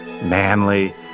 manly